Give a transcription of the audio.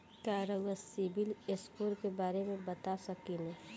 का रउआ CIBIL score के बारे में बता सकतानी?